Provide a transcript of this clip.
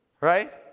right